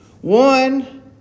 one